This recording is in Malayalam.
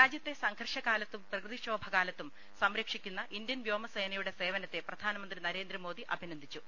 രാജ്യത്തെ സംഘർഷകാലത്തും പ്രകൃതിക്ഷോഭ കാലത്തും സംരക്ഷിക്കുന്ന ഇന്ത്യൻ വ്യോമസേ നയുടെ സേവനത്തെ പ്രധാനമന്ത്രി നരേന്ദ്രമോദി അഭിനന്ദിച്ചു